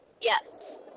Yes